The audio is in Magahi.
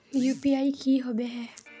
यु.पी.आई की होबे है?